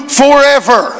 forever